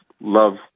love